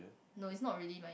no it's not really my